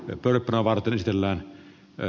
nyberg tavarat risteillään ja